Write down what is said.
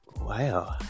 Wow